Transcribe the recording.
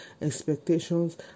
expectations